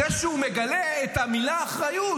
זה שהוא מגלה את המילה אחריות.